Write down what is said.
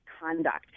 conduct